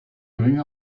geringe